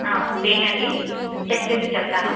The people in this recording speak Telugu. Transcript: వెయిట్ అండి చెక్ చేసి చెప్తాను